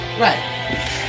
Right